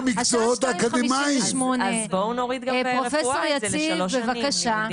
השעה 14:58. פרופ' יציב בבקשה.